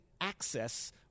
access